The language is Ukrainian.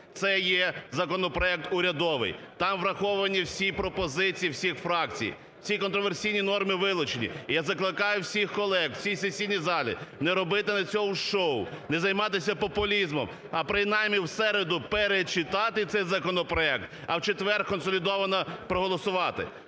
Це є законопроект урядовий. Там враховані всі пропозиції всіх фракцій. Всі контраверсійні норми вилучені. Я закликаю всіх колег в цій сесійній залі не робити на цьому шоу, не займатися популізмом, а принаймні в середу перечитати цей законопроект, а в четвер консолідовано проголосувати.